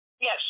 Yes